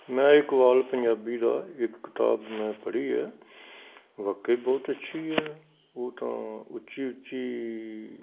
ਮੈਂ ਇਕਬਾਲ ਪੰਜਾਬੀ ਦਾ ਇੱਕ ਕਿਤਾਬ ਮੈਂ ਪੜ੍ਹੀ ਹੈ ਵਾਕੇ ਬਹੁਤ ਅੱਛੀ ਹੈ ਉਹ ਤਾਂ ਉੱਚੀ ਉੱਚੀ